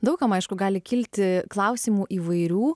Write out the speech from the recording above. daug kam aišku gali kilti klausimų įvairių